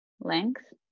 length